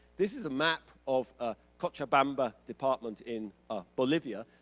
this is a map of ah cochabamba department in ah bolivia,